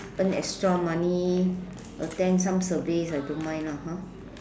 earn extra money attend some surveys I don't mind lah !huh!